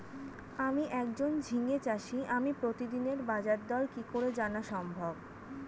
আমি একজন ঝিঙে চাষী আমি প্রতিদিনের বাজারদর কি করে জানা সম্ভব?